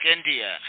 India